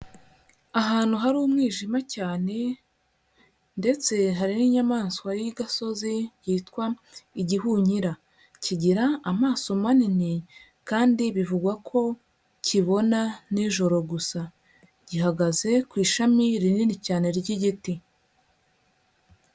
Ahantu hari umwijima cyane ndetse hari n'inyamaswa y'igasozi yitwa igihunyira. Kigira amaso manini kandi bivugwa ko kibona nijoro gusa. Gihagaze ku ishami rinini cyane ry'igiti.